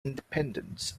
independence